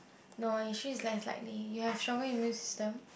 no is she like likely you have stronger immune system